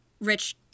rich